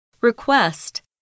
Request